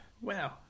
Wow